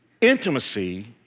intimacy